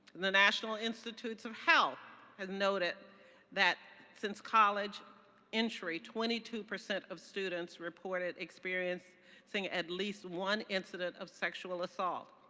the national institutes of health has noted that since college entry, twenty two percent of students reported experiencing at least one incident of sexual assault.